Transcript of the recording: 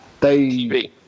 TV